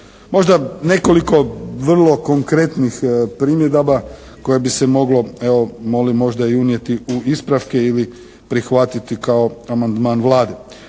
Možda nekoliko vrlo konkretnih primjedaba koje bi se moglo evo, molim i unijeti u ispravke ili prihvatiti kao amandman Vlade.